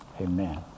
Amen